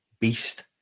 beast